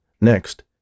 Next